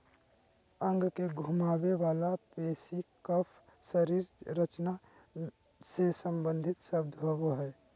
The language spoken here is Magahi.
अंग के घुमावे वला पेशी कफ शरीर रचना से सम्बंधित शब्द होबो हइ